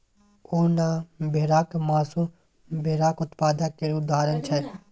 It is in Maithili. उन आ भेराक मासु भेराक उत्पाद केर उदाहरण छै